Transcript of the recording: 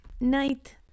night